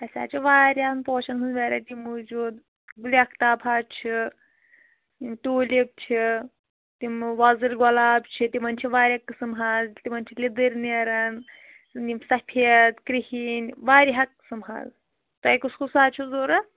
أسۍ حظ چھِ واریاہَن پوٗشَن ہٕنٛز ویٚرایٹی موٗجوٗد گُلِ آفتاب حظ چھِ ٹوٗلِپ چِھ تِم وۅزٕلۍ گۅلاب چھِ تِمَن چھِ واریاہ قٕسم حظ تِمن چھِ لیٚدٕرۍ نیٚران یِم سَفید کرٛہٕنۍ واریاہ قٕسم حظ تُہۍ کُس کُس حظ چھُ ضروٗرت